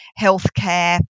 healthcare